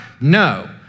No